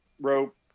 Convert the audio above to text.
rope